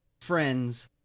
friends